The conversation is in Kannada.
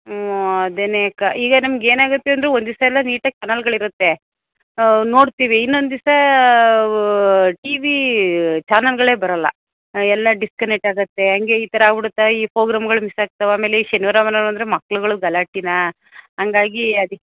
ಹ್ಞೂ ಅದನ್ನೇ ಅಕ್ಕ ಈಗ ನಮ್ಗೆ ಏನಾಗುತ್ತೆ ಅಂದರೆ ಒಂದು ದಿವಸ ಎಲ್ಲ ನೀಟಾಗಿ ಚನಲ್ಗಳು ಇರುತ್ತೆ ನೋಡ್ತೀವಿ ಇನ್ನೊಂದು ದಿವಸ ಟಿವಿ ಚಾನಲ್ಗಳೇ ಬರಲ್ಲ ಎಲ್ಲ ಡಿಸ್ಕನೆಕ್ಟ್ ಆಗುತ್ತೆ ಹಂಗೆ ಈ ಥರ ಆಗಿಬಿಡುತ್ತಾ ಈ ಪೋಗ್ರಾಮ್ಗಳು ಮಿಸ್ ಆಗ್ತಾವೆ ಆಮೇಲೆ ಈ ಶನಿವಾರ ಭಾನುವಾರ ಅಂದರೆ ಮಕ್ಳುಗಳ ಗಲಾಟೆನಾ ಹಂಗಾಗಿ ಅದಿಕ್ಕೆ